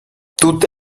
tutte